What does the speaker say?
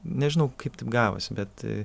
nežinau kaip taip gavosi bet